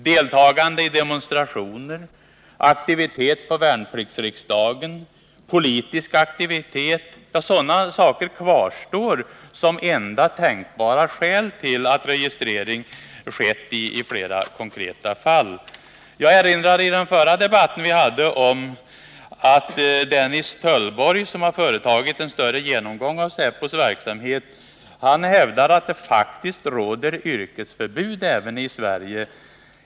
Deltagande i demonstrationer, aktivitet på värnpliktsriksdagen, politisk aktivitet — ja, sådana saker kvarstår som enda tänkbara skäl till att registrering har skett i flera konkreta fall. Jag erinråde i den förra debatten som vi hade om att den Dennis Töllborg, som har gjort en större genomgång av säpos verksamhet, hävdar att det faktiskt råder yrkesförbud även i Sverige.